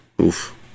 oof